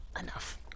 enough